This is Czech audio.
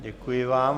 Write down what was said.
Děkuji vám.